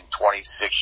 26